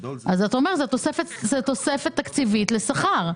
זאת אומרת, זו תוספת תקציבית לשכר.